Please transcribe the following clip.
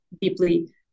deeply